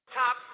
top